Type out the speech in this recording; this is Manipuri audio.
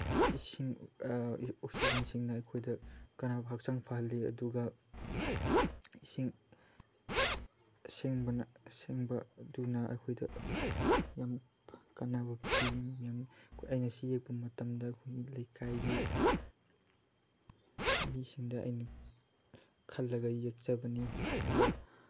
ꯏꯁꯤꯡ ꯑꯣꯛꯁꯤꯖꯦꯟꯁꯤꯡꯅ ꯑꯩꯈꯣꯏꯗ ꯀꯥꯟꯅꯕ ꯍꯛꯆꯥꯡ ꯐꯍꯜꯂꯤ ꯑꯗꯨꯒ ꯏꯁꯤꯡ ꯑꯁꯦꯡꯕ ꯑꯗꯨꯅ ꯑꯩꯈꯣꯏꯗ ꯌꯥꯝ ꯀꯥꯟꯅꯕ ꯄꯤ ꯌꯥꯝ ꯑꯩꯅ ꯁꯤ ꯌꯦꯛꯄ ꯃꯇꯝꯗ ꯑꯩꯈꯣꯏꯒꯤ ꯂꯩꯀꯥꯏꯒꯤ ꯃꯤꯁꯤꯡꯗ ꯑꯩꯅ ꯈꯜꯂꯒ ꯌꯦꯛꯆꯕꯅꯤ ꯑꯗꯨꯒ